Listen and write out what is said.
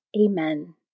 Amen